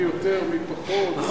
מי יותר ומי פחות,